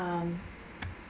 um